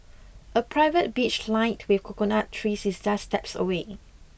a private beach lined with coconut trees is just steps away